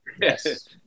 Yes